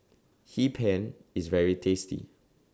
Hee Pan IS very tasty